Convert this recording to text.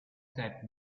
that